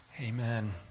Amen